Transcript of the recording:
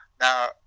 now